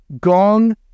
Gong